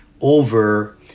over